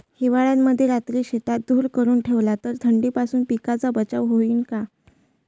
हिवाळ्यामंदी रात्री शेतात धुर करून ठेवला तर थंडीपासून पिकाचा बचाव होईन का?